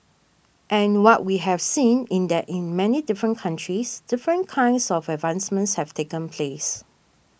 and what we had seen is that in many different countries different kinds of advancements have taken place